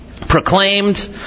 proclaimed